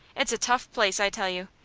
it's a tough place, i tell you.